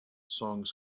songs